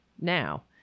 now